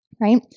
Right